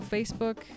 Facebook